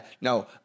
No